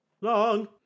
Long